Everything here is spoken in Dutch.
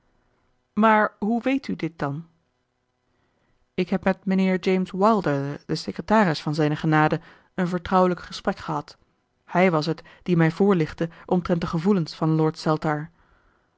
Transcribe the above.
maar hoe weet u dit dan ik heb met mijnheer james wilder den secretaris van zijne genade een vertrouwelijk gesprek gehad hij was het die mij voorlichtte omtrent de gevoelens van lord